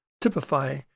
typify